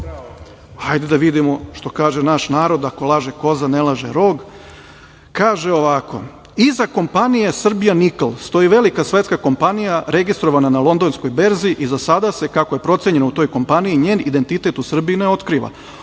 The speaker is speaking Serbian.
ajde da vidimo. Što kaže naš narod – ako laže koza, ne laže rog. Kaže ovako – iza kompanije „Srbija nikl“ stoji velika svetska kompanija registrovana na Londonskoj berzi i za sada se, kako je proceno u toj kompaniji, njen identitet u Srbiji ne otkriva.